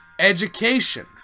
Education